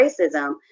racism